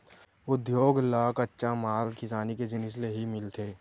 उद्योग ल कच्चा माल किसानी के जिनिस ले ही मिलथे